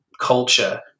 culture